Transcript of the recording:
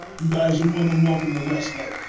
you guys are more than welcome to westlake.